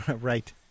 right